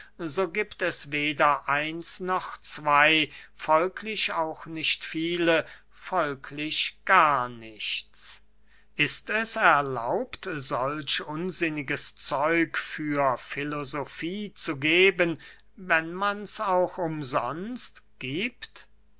so giebt es weder eins noch zwey folglich auch nicht viele folglich gar nichts ist es erlaubt solch unsinniges zeug für filosofie zu geben wenn man's auch umsonst giebt